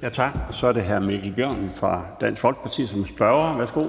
Kl. 16:27 Den fg. formand (Bjarne Laustsen): Tak. Så er det hr. Mikkel Bjørn fra Dansk Folkeparti som spørger. Værsgo.